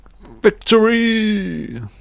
Victory